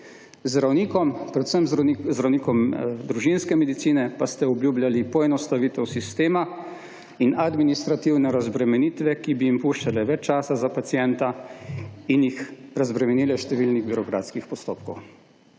Zdravnikom, predvsem zdravnikom družinske medicine pa ste obljubljali poenostavitev sistema in administrativne razbremenitve, ki bi jim puščale več čada za pacienta in jih razbremenile številnih birokratskih postopkov.